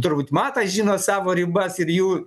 turbūt matas žino savo ribas ir jų